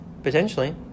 Potentially